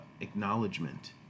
acknowledgement